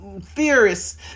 Theorists